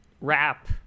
rap